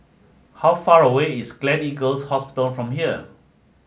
how far away is Gleneagles Hospital from here